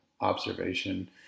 observation